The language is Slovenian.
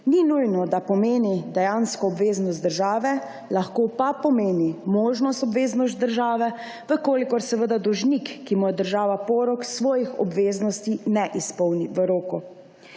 Ni nujno, da pomeni dejansko obveznost države, lahko pa pomeni možno obveznost države, če dolžnik, ki mu je država porok, svojih obveznosti ne izpolni v roku.